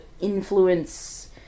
influence